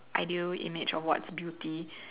ideal image or what's beauty